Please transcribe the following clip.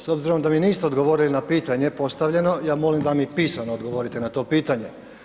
S obzirom da mi niste odgovorili na pitanje postavljeno, ja molim da mi pisano odgovorite na to pitanje.